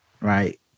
right